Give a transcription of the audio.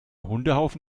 hundehaufen